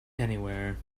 anywhere